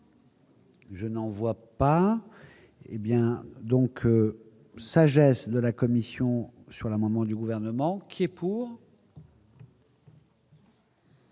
Je n'en vois pas hé bien donc sagesse de la Commission sur l'amendement du gouvernement qui est pour.